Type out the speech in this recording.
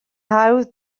hawdd